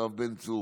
יואב בן צור,